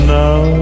now